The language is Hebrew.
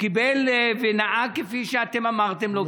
אשר נהג כפי שאתם אמרתם לו,